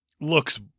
looks